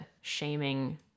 shaming